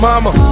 Mama